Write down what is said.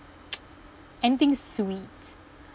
anything sweet